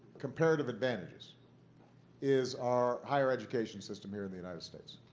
comparative advantages is our higher education system here in the united states.